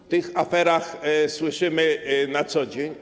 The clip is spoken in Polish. O tych aferach słyszymy na co dzień.